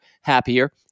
happier